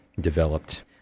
developed